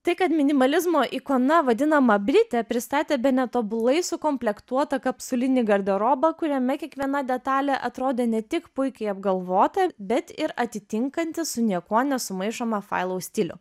tai kad minimalizmo ikona vadinama britė pristatė bene tobulai sukomplektuotą kapsulinį garderobą kuriame kiekviena detalė atrodė ne tik puikiai apgalvota bet ir atitinkanti su niekuo nesumaišomą failau stilių